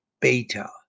beta